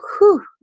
whoo